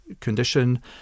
condition